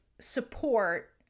support